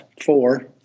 four